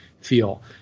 feel